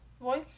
voice